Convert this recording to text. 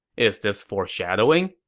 is this foreshadowing?